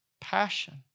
passion